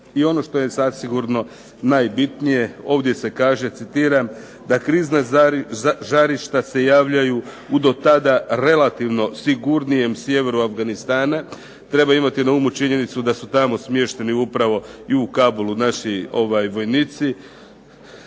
I ono što je zasigurno najbitnije ovdje se kaže, citiram, da krizna žarišta se javljaju u do tada relativno sigurnijem sjeveru Afganistana. Treba imati na umu činjenicu da su tamo smješteni upravo i u Kabulu naši vojnici